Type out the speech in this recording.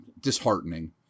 disheartening